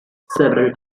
several